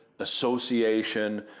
association